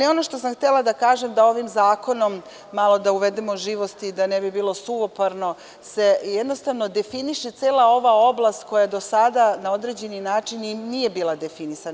Ono što sam htela da kažem je da ovim zakonom, malo da uvedemo živosti da ne bi bilo suvoparno, se jednostavno definiše cela ova oblast koja do sada na određeni način nije bila definisana.